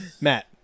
matt